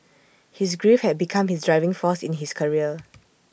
his grief had become his driving force in his career